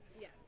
Yes